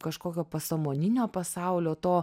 kažkokio pasąmoninio pasaulio to